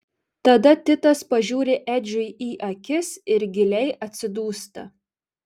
tada titas pažiūri edžiui į akis ir giliai atsidūsta